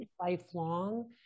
lifelong